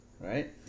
right